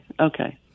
okay